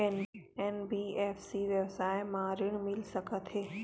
NBFC व्यवसाय मा ऋण मिल सकत हे